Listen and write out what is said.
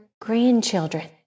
grandchildren